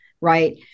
right